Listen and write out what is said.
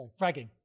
fragging